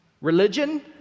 Religion